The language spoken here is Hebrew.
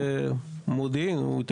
אין